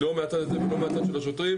לא מהצד הזה ולא מהצד של השוטרים,